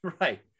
Right